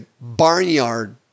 barnyard